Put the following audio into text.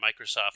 Microsoft